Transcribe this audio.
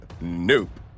Nope